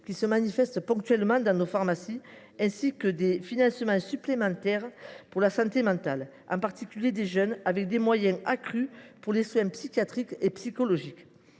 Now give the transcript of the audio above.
qui se manifestent ponctuellement dans nos pharmacies. Nous saluons également les financements supplémentaires pour le secteur de la santé mentale, en particulier des jeunes, et les moyens accrus pour les soins psychiatriques et psychologiques.